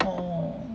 orh